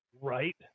right